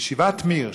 בישיבת מיר,